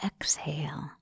exhale